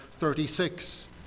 36